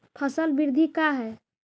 फसल वृद्धि का है?